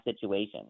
situation